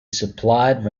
supplied